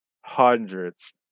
hundreds